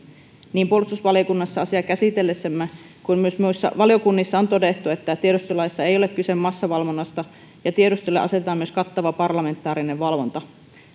niin puolustusvaliokunnassa asiaa käsitellessämme kuin myös muissa valiokunnissa on todettu että tiedustelulaissa ei ole kyse massavalvonnasta ja tiedustelulle asetetaan myös kattava parlamentaarinen valvonta